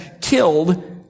killed